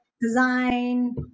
design